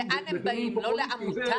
לאן הם באים, לא לעמותה?